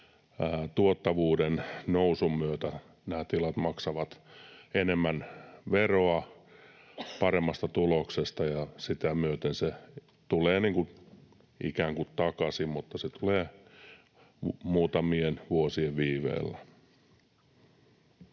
tuottavuuden nousun myötä nämä tilat maksavat enemmän veroa paremmasta tuloksesta ja sitä myöten se tulee ikään kuin takaisin, mutta se tulee muutamien vuosien viiveellä.